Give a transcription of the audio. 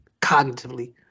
cognitively